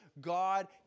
God